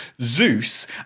Zeus